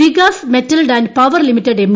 Vikas metals and power limited M